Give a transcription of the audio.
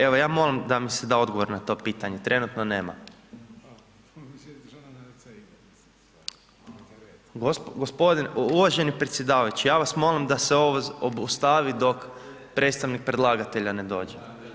Evo ja molim da mi se da odgovor na to pitanje, trenutno nema. ... [[Upadica se ne čuje.]] Gospodine, uvaženi predsjedavajući ja vas molim da se ovo obustavi dok predstavnik predlagatelja ne dođe.